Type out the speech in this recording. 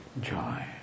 joy